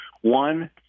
one